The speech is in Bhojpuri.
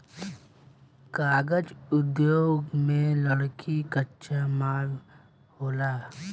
कागज़ उद्योग में लकड़ी कच्चा माल होला